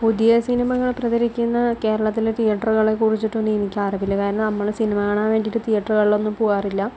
പുതിയ സിനിമകൾ പ്രദർശിപ്പിക്കുന്ന കേരളത്തിലെ തീയേറ്ററുകളെക്കുറിച്ചിട്ടൊന്നും എനിക്കറിവില്ല കാരണം നമ്മൾ സിനിമ കാണാൻ വേണ്ടിയിട്ട് തീയറ്ററിലൊന്നും പോകാറില്ല